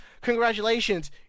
Congratulations